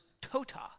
tota